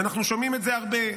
אנחנו שומעים את זה הרבה.